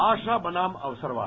आशा बनाम अवसरवाद